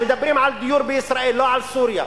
מדברים על דיור בישראל, לא על סוריה.